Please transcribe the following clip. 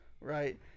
right